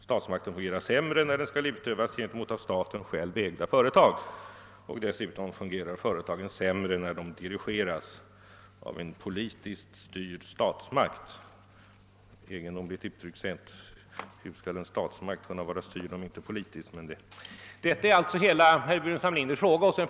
Statsmakten fungerar sämre när den skall utövas gentemot av staten själv ägda företag och företagen fungerar sämre när de skall dirigeras av en politiskt styrd statsmakt.> Inom parentes onekligen ett egendomligt uttryckssätt — hur skall en statsmakt vara styrd om inte politiskt? Detta är alltså hela motiveringen.